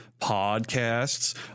podcasts